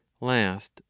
last